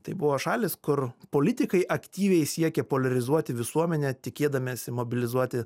tai buvo šalys kur politikai aktyviai siekė poliarizuoti visuomenę tikėdamiesi mobilizuoti